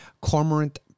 Cormorant